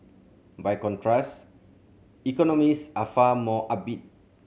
by contrast economist are far more upbeat